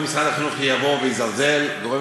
כאשר היה איחוד בין באקה ובין ג'ת.